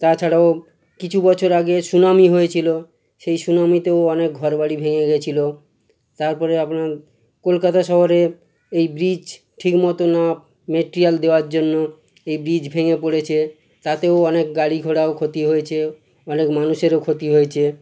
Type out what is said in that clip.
তাছাড়াও কিছু বছর আগে সুনামি হয়েছিল সেই সুনামিতেও অনেক ঘরবাড়ি ভেঙে গিয়েছিল তারপরে আপনার কলকাতা শহরে এই ব্রিজ ঠিক মতো না মেটেরিয়াল দেওয়ার জন্য এই ব্রিজ ভেঙে পড়েছে তাতেও অনেক গাড়িঘোড়াও ক্ষতি হয়েছে অনেক মানুষেরও ক্ষতি হয়েছে